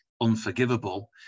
unforgivable